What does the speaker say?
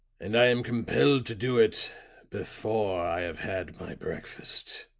and i am compelled to do it before i have had my breakfast,